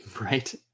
right